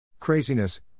Craziness